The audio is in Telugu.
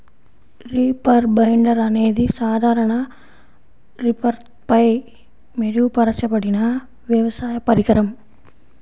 రీపర్ బైండర్ అనేది సాధారణ రీపర్పై మెరుగుపరచబడిన వ్యవసాయ పరికరం